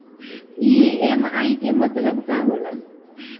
EMI के मतलब का होला?